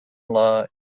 law